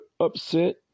upset